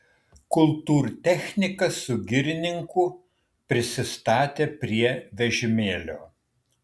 kultūrtechnikas su girininku prisistatė prie vežimėlio